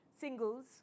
singles